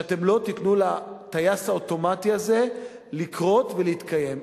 שאתם לא תיתנו לטייס האוטומטי הזה לקרות ולהתקיים.